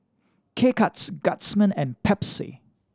K Cuts Guardsman and Pepsi